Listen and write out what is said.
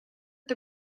the